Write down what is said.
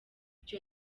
icyo